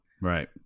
Right